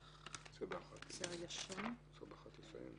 זה היכולת להוכיח מי האחראי להן,